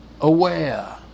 aware